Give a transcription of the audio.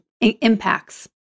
impacts